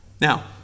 Now